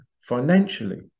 financially